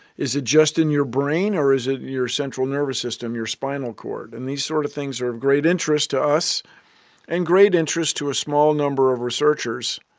is it just in your brain or is it in your central nervous system, your spinal cord? and these sort of things are of great interest to us and great interest to a small number of researchers.